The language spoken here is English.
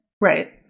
Right